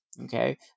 okay